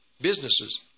businesses